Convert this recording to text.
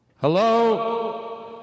Hello